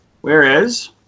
Whereas